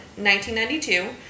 1992